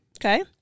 Okay